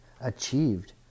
achieved